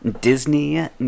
Disney